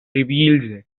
reveals